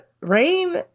Rain